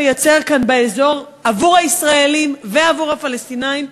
ליצור כאן באזור עבור הישראלים ועבור הפלסטינים,